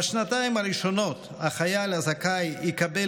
בשנתיים הראשונות החייל הזכאי יקבל